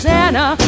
Santa